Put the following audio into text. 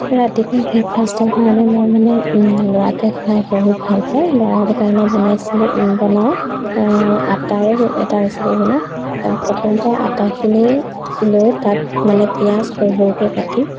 ৰাতিপুৱা ব্ৰেকফাষ্টৰ কাৰণে মই মানে ল'ৰাটোৱে খাই বহুত ভাল পায় ল'ৰাটো কাৰণে বনাইছিলোঁ বনাওঁ আটাৰেই এটা ৰেচিপি বনাওঁ প্ৰথমতে আটাখিনি লৈ তাত মানে পিঁয়াজ সৰু সৰুকৈ কাটি